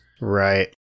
Right